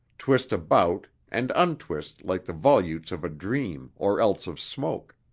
twist about and untwist like the volutes of a dream or else of smoke